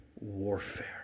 warfare